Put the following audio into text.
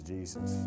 Jesus